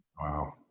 Wow